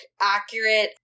accurate